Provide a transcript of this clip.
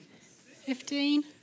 Fifteen